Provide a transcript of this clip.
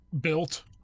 built